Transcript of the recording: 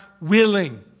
willing